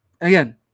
Again